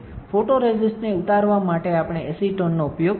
ફોટોરેસિસ્ટને ઉતારવા માટે આપણે એસીટોનનો ઉપયોગ કરીએ છીએ